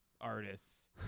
artists